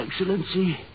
Excellency